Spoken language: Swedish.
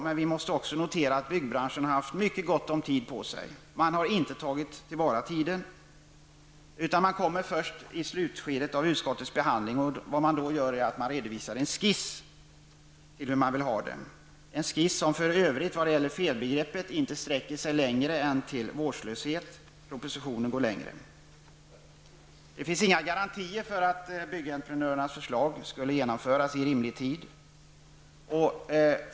Men det är också att notera att byggbranschen har haft mycket god tid på sig. Man har dock inte tagit till vara tiden. Först i slutskedet av utskottets behandling hör man av sig. Vad man då gör är att man redovisar en skiss, av vilken framgår hur man vill ha det. Vad gäller felbegreppet sträcker sig denna skiss inte längre än till detta med vårdslöshet. Propositionen går längre i det fallet. Det finns inga garantier för att byggentreprenörernas förslag skulle genomföras i rimlig tid.